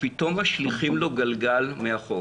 ופתאום משליכים לו גלגל מהחוף.